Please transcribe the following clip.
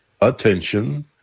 attention